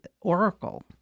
oracle